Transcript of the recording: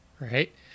right